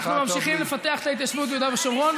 ממשיכים לפתח את ההתיישבות ביהודה ושומרון.